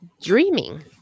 dreaming